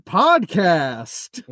podcast